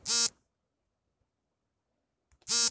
ಎಲೆ ಚುಕ್ಕಿ ರೋಗವನ್ನು ನಿವಾರಣೆ ಮಾಡುವುದು ಹೇಗೆ?